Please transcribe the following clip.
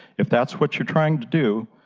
if that's what you are trying to do,